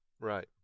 Right